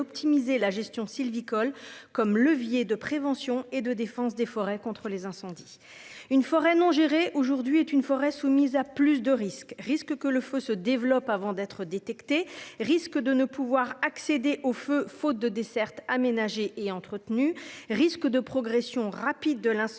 la gestion sylvicole comme levier de prévention et de défense des forêts contre les incendies. Une forêt non gérée est une forêt soumise à plus de risques : celui que le feu se développe avant d'être détecté, celui de ne pouvoir accéder au feu faute de dessertes aménagées et entretenues ou encore celui d'une progression rapide d'un incendie